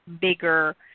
bigger